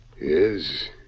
Yes